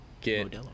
get –